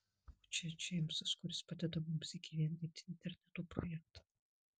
o čia džeimsas kuris padeda mums įgyvendinti interneto projektą